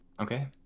Okay